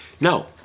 No